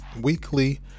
weekly